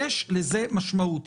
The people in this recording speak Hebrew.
יש לזה משמעות,